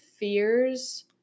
fears